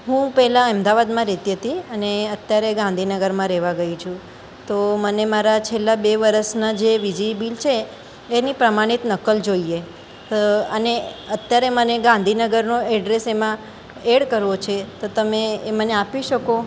હું પહેલાં અમદાવાદમાં રહેતી હતી અને અત્યારે ગાંધીનગરમાં રહેવા ગઈ છું તો મને મારા છેલ્લા બે વરસના જે વિજળી બિલ છે એની પ્રમાણિત નકલ જોઈએ અને અત્યારે મને ગાંધીનગરનું એડ્રેસ એમાં એડ કરવું છે તો તમે એ મને આપી શકો